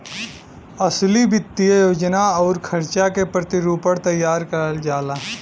असली वित्तीय योजना आउर खर्चा के प्रतिरूपण तैयार करल जाला